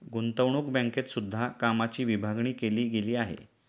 गुतंवणूक बँकेत सुद्धा कामाची विभागणी केली गेली आहे